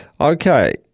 Okay